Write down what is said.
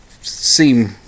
seem